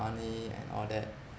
money and all that